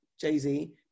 Jay-Z